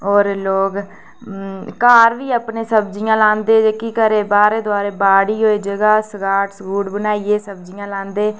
ते होर लोग घर भी अपने सब्जियां लांदे अपने घरें बाहरें दोआरें बाड़ी होई जगह् सगाड़ बनाइयै जि'यां लांदे